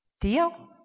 deal